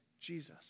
Jesus